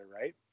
right